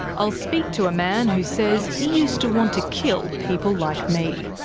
i'll speak to a man who says he used to want to kill people like me.